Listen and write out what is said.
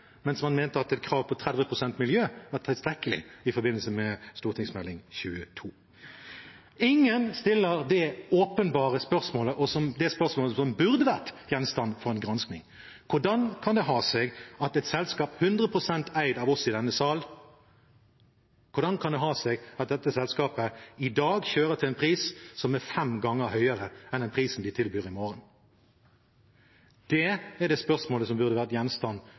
mens man mente at et krav på 30 pst. miljø var tilstrekkelig i forbindelse med stortingsmelding 22. Ingen stiller det åpenbare spørsmålet, det spørsmålet som burde vært gjenstand for en granskning: Hvordan kan det ha seg at et selskap – 100 pst. eid av oss i denne sal – i dag kjører til en pris som er fem ganger høyere enn den prisen de tilbyr i morgen? Det er det spørsmålet som burde vært gjenstand